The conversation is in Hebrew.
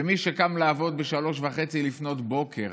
ומי שקם לעבוד ב-03:30, לפנות בוקר,